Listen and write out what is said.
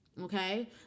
Okay